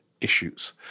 issues